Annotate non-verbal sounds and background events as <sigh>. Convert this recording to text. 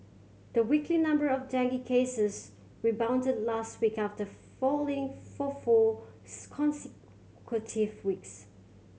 the weekly number of dengue cases rebounded last week after falling for four <unintelligible> weeks